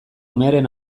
umearen